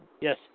Yes